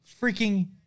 freaking